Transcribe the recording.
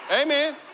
amen